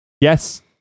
Yes